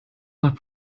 nach